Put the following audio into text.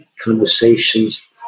conversations